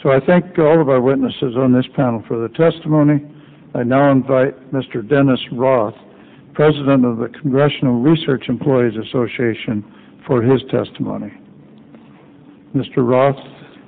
so i thank all of our witnesses on this panel for the testimony and none but mr dennis ross president of the congressional research employees association for his testimony mr ross